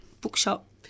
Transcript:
bookshop